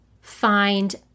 find